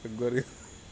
আগবাঢ়ি